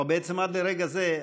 או בעצם עד לרגע זה,